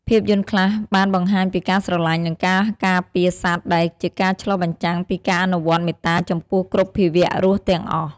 ភាពយន្តខ្លះបានបង្ហាញពីការស្រលាញ់ និងការការពារសត្វ ដែលជាការឆ្លុះបញ្ចាំងពីការអនុវត្តមេត្តាចំពោះគ្រប់ភាវៈរស់ទាំងអស់។